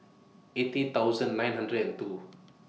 eighty thousand nine hundred and two